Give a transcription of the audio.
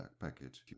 package